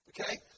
Okay